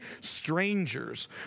strangers